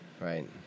right